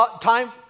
time